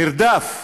נרדף,